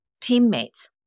teammates